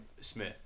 smith